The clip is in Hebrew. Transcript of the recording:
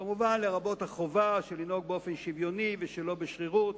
כמובן לרבות החובה לנהוג באופן שוויוני ושלא בשרירות,